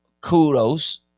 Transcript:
Kudos